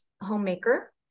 homemaker